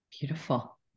Beautiful